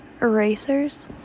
erasers